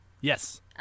Yes